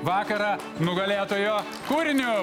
vakarą nugalėtojo kūriniu